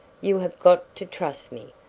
you have got to trust me.